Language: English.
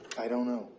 i don't know.